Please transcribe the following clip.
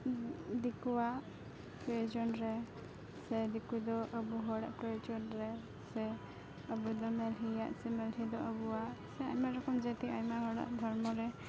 ᱫᱤᱠᱩᱣᱟᱜ ᱯᱨᱳᱭᱳᱡᱚᱱᱨᱮ ᱥᱮ ᱫᱤᱠᱩᱫᱚ ᱟᱵᱚ ᱦᱚᱲᱟᱜ ᱯᱨᱳᱭᱳᱡᱚᱱᱨᱮ ᱥᱮ ᱟᱵᱚᱫᱚ ᱢᱟᱹᱞᱦᱤᱭᱟᱜ ᱥᱮ ᱢᱟᱹᱞᱦᱤᱫᱚ ᱟᱵᱚᱣᱟᱜ ᱥᱮ ᱟᱭᱢᱟ ᱨᱚᱠᱚᱢ ᱡᱟᱹᱛᱤ ᱟᱭᱢᱟ ᱦᱚᱲᱟᱜ ᱫᱷᱚᱨᱢᱚᱨᱮ